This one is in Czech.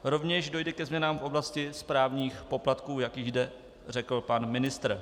Rovněž dojde ke změnám v oblasti správních poplatků, jak již zde řekl pan ministr.